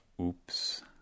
oops